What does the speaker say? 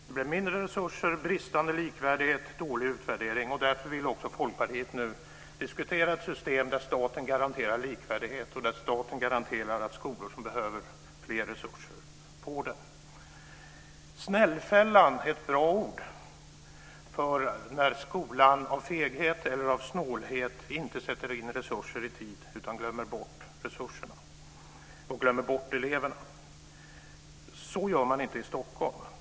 Det blev mindre resurser, bristande likvärdighet och dålig utvärdering. Därför vill också Folkpartiet nu diskutera ett system där staten garanterar likvärdighet och att skolor som behöver mer resurser får det. Snällfällan är ett bra ord när skolan av feghet eller av snålhet inte sätter in resurser i tid utan glömmer bort eleverna. Så gör man inte i Stockholm.